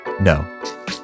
No